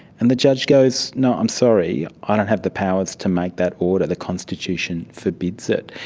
and the judge goes, no, i'm sorry, i don't have the powers to make that order, the constitution forbids it.